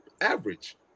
average